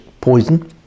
poison